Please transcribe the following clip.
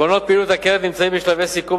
עקרונות פעילות הקרן נמצאים בשלבי סיכום